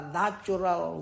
natural